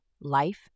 life